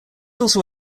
also